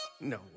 No